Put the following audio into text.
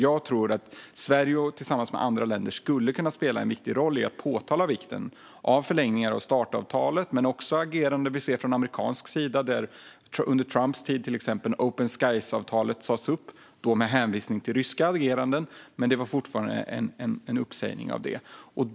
Jag tror att Sverige tillsammans med andra länder skulle kunna spela en viktig roll när det gäller att påtala vikten av förlängningar av Startavtalet men också att agera när man till exempel från amerikansk sida under Trumps tid sa upp Open Skies-avtalet. Det gjordes med hänvisning till ryskt agerande, men det var fortfarande en uppsägning.